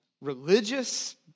religious